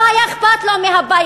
לא היה אכפת לו מהבית,